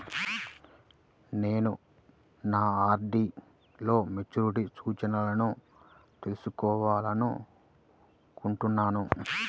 నేను నా ఆర్.డీ లో మెచ్యూరిటీ సూచనలను తెలుసుకోవాలనుకుంటున్నాను